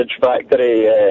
factory